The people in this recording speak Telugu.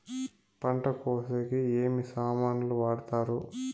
పంట కోసేకి ఏమి సామాన్లు వాడుతారు?